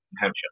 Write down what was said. Hampshire